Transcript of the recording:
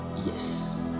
Yes